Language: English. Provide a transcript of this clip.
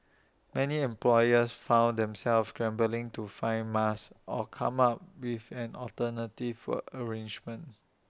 many employers found themselves scrambling to find masks or come up with an alternative work arrangements